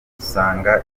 usanga